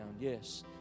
Yes